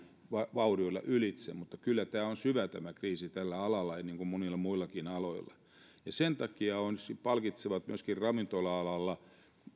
vaurioilla ylitse mutta kyllä tämä kriisi on syvä tällä alalla niin kuin monilla muillakin aloilla ja sen takia on palkitsevaa että myöskin ravintola alalla